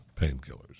painkillers